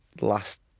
last